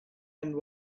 and